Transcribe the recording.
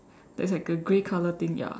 there's like a grey color thing ya